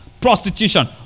prostitution